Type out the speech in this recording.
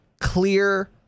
clear